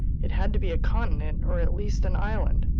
it had to be a continent or at least an island,